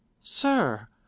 Sir